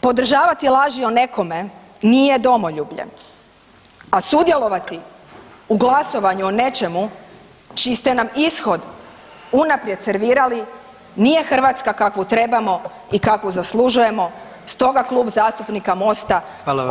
Podržavati laži o nekome nije domoljublje, a sudjelovati u glasovanju o nečemu čiji ste nam ishod unaprijed servirali nije Hrvatska kakvu trebamo i kakvu zaslužujemo stoga Klub zastupnika Mosta